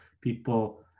People